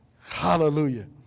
Hallelujah